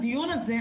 הדיון הזה,